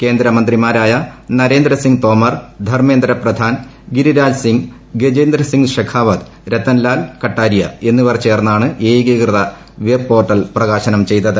കേന്ദ്ര മന്ത്രിമാരായ നരേന്ദ്ര സിംഗ് തോമർ ധർമേന്ദ്ര പ്രധാൻ ഗിരിരാജ് സിംഗ് ഗജേന്ദ്ര സിംഗ് ശെഖാവത്ത് രത്തൻ ലാൽ കട്ടാരിയ എന്നിവർ ചേർന്നാണ് ഏകീകൃത വെബ് പോർട്ടൽ പ്രകാശനം ചെയ്തത്